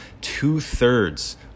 two-thirds